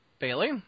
Bailey